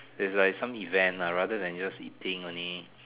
it's like some event ah rather than just eating only